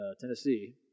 Tennessee